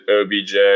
obj